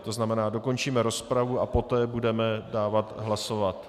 To znamená, dokončíme rozpravu a poté budeme dávat hlasovat.